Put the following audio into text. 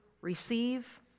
receive